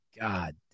God